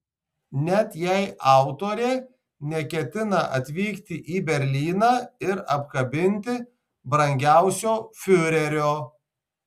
net jei autorė neketina atvykti į berlyną ir apkabinti brangiausio fiurerio